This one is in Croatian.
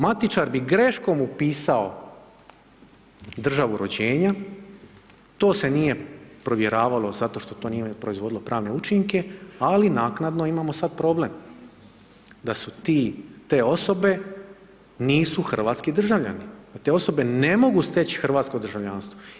Matičar bi greškom upisao državu rođenja, to se nije provjeravalo zato što to nije proizvodilo pravne učinke ali naknadno imamo sada problem da su te osobe, nisu hrvatski državljani, da te osobe ne mogu stječi hrvatsko državljanstvo.